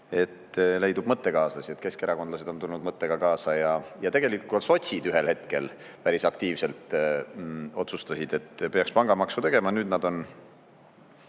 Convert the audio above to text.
et leidub mõttekaaslasi, et keskerakondlased on tulnud mõttega kaasa. Ja tegelikult ka sotsid ühel hetkel päris aktiivselt otsustasid, et peaks pangamaksu tegema. Nüüd nad on